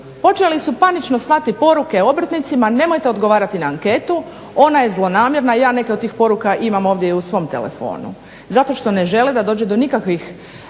Počeli su panično slati poruke obrtnicima nemojte odgovarati na anketu, ona je zlonamjerna. Ja neke od tih poruka imam ovdje i u svom telefonu zato što ne žele da dođe do nikakve